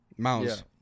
Mouse